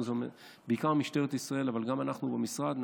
בעיקר במשטרת ישראל אבל גם אנחנו במשרד,